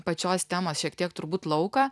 pačios temos šiek tiek turbūt lauką